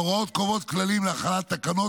ההוראות קובעות כללים להכנת תקנות